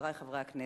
חברי חברי הכנסת,